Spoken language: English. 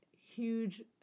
huge